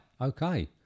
Okay